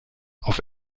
auf